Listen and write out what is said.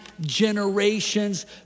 generations